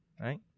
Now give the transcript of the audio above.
right